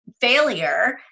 failure